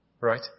right